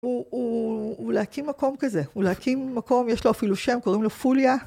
הוא להקים מקום כזה, הוא להקים מקום, יש לו אפילו שם, קוראים לו פוליה.